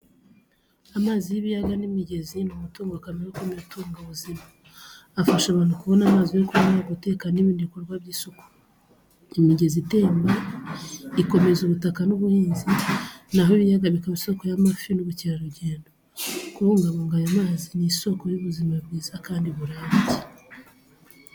Amazi y’ibiyaga n’imigezi ni umutungo kamere ukomeye utanga ubuzima. Afasha abantu kubona amazi yo kunywa, guteka n’ibindi bikorwa by’isuku. Imigezi itemba ikomeza ubutaka n’ubuhinzi, na ho ibiyaga bikaba isoko y’amafi n’ubukerarugendo. Kubungabunga aya mazi ni isoko y’ubuzima bwiza kandi burambye.